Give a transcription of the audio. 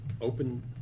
open